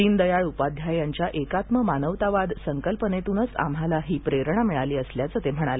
दीनदयाळ उपाध्याय यांच्या एकात्म मानवतावाद संकल्पनेतूनच आम्हाला ही प्रेरणा मिळाली असल्याचं ते म्हणाले